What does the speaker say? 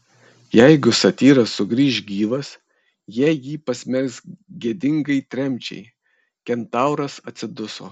jeigu satyras sugrįš gyvas jie jį pasmerks gėdingai tremčiai kentauras atsiduso